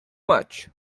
much